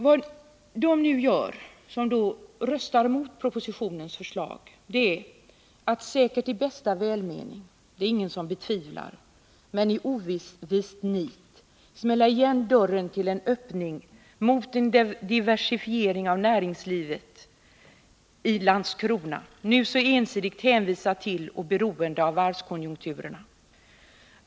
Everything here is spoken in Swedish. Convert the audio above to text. Vad de som röstar emot propositionens förslag nu gör är att — i bästa välmening, det är det ingen som betvivlar —i ovist nit smälla igen dörren till en öppning mot en diversifiering av näringslivet i Landskrona, som nu är så ensidigt hänvisat till och beroende av varvskonjunkturerna.